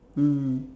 mm